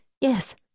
yes